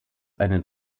eine